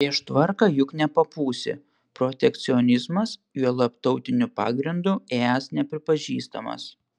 prieš tvarką juk nepapūsi protekcionizmas juolab tautiniu pagrindu es nepripažįstamas